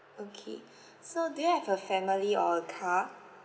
okay so do you have a family or a car